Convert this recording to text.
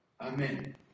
Amen